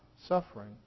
suffering